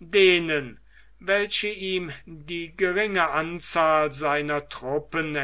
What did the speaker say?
denen welche ihm die geringe anzahl seiner truppen